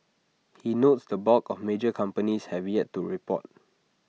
he notes the bulk of major companies have yet to report